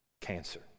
cancer